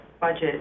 budget